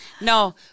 no